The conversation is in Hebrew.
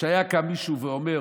שהיה קם מישהו ואומר